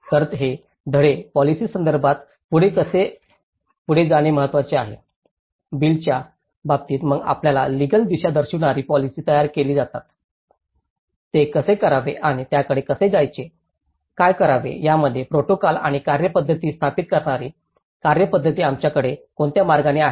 तर हे धडे पोलिसीासंदर्भात पुढे कसे पुढे जाणे महत्वाचे आहे बिलच्या बाबतीत मग आपल्याला लीगल दिशा दर्शविणारी पोलिसी तयार केली जातात ते कसे करावे आणि त्याकडे कसे जायचे काय करावे यामध्ये प्रोटोकॉल आणि कार्यपद्धती स्थापित करणारी कार्यपद्धती आमच्याकडे कोणत्या मार्गाने आहे